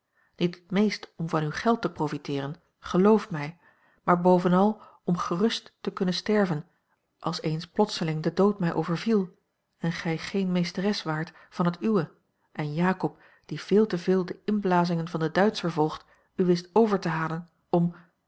niet het meest om van uw geld te profiteeren geloof mij maar bovenal om gerust te kunnen sterven als eens plotseling de dood mij overviel en gij geene meesteres waart van het uwe en jakob die veel te veel de inblazingen van den duitscher volgt u wist over te halen om